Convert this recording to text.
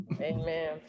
amen